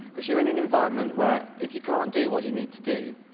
because you're in an environment where, if you can't do what you need to do,